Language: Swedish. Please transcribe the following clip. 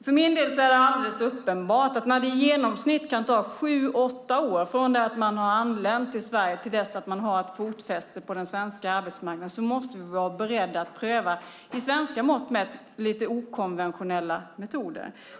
För min del är det alldeles uppenbart att när det i genomsnitt kan ta sju åtta år från det att man har anlänt till Sverige till dess att man har ett fotfäste på den svenska arbetsmarknaden måste vi vara beredda att pröva, med svenska mått mätt, lite okonventionella metoder.